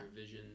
vision